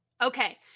Okay